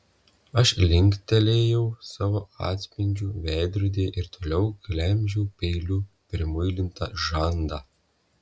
aš linktelėjau savo atspindžiui veidrodyje ir toliau gremžiau peiliu primuilintą žandą